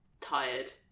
Tired